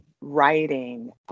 writing